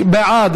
בעד.